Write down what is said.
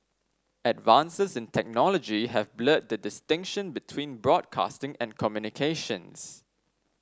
advances in technology have blurred the distinction between broadcasting and communications